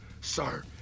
sir